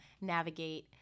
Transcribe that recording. navigate